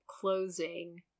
closing